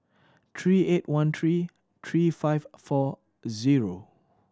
three eight one three three five four zero